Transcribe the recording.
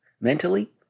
mentally